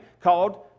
called